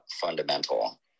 fundamental